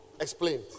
Explain